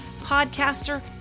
podcaster